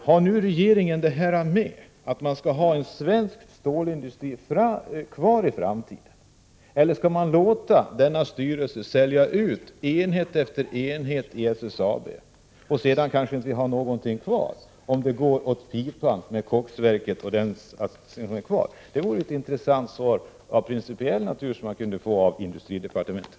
Har regeringen tänkt sig att det skall finnas någon svensk stålindustri kvar i framtiden, eller skall man låta styrelsen sälja ut enhet efter enhet i SSAB och sedan inte ha någonting kvar, om det skulle gå åt pipan med koksverket och det övriga som finns. Det vore intressant att få ett svar av principiell natur från industridepartementet.